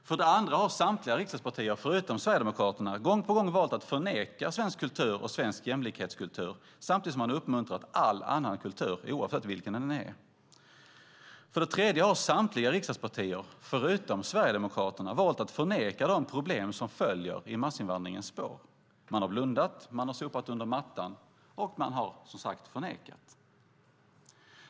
För det andra har samtliga riksdagspartier förutom Sverigedemokraterna gång på gång valt att förneka svensk kultur och svensk jämlikhetskultur samtidigt som man uppmuntrat all annan kultur, oavsett vilken den är. För det tredje har samtliga riksdagspartier förutom Sverigedemokraterna valt att förneka de problem som följer i massinvandringens spår. Man har blundat, man har sopat under mattan och man har som sagt förnekat.